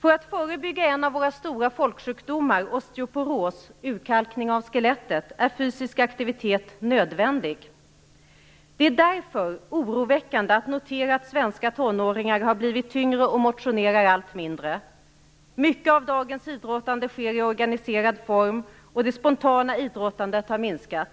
För att förebygga en av våra stora folksjukdomar, osteoporos - urkalkning av skelettet, är fysisk aktivitet nödvändig. Det är därför oroväckande att notera att svenska tonåringar har blivit tyngre och motionerar allt mindre. Mycket av dagens idrottande sker i organiserad form och det spontana idrottandet har minskat.